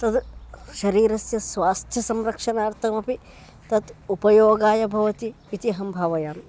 तद् शरीरस्य स्वास्थ्यसंरक्षणार्तमपि तत् उपयोगाय भवति इत्यहं भावयामि